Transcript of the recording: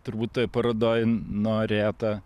turbūt toj parodoj norėta